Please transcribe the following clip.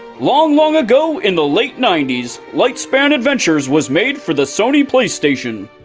long, long ago, in the late ninety s, lightspan adventures was made for the sony playstation.